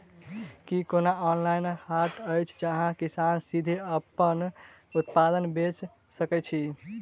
की कोनो ऑनलाइन हाट अछि जतह किसान सीधे अप्पन उत्पाद बेचि सके छै?